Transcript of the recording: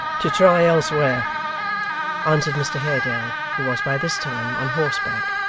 to try elsewhere answered mr haredale, who was by this time on horseback.